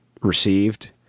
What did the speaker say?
received